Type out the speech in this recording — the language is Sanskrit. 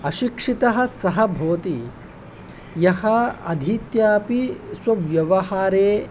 अशिक्षितः सः भवति यः अधीत्यापि स्वव्यवहारे